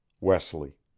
Wesley